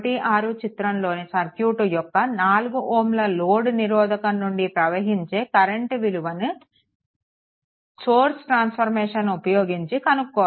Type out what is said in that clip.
16 చిత్రంలోని సర్క్యూట్ యొక్క 4Ω లోడ్ నిరోధకం నుండి ప్రవహించే కరెంట్ విలువను సోర్స్ ట్రాన్స్ఫర్మేషన్ ఉపయోగించి కనుక్కోవాలి